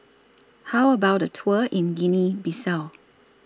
How about A Tour in Guinea Bissau